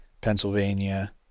Pennsylvania